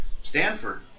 Stanford